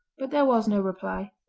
but there was no reply.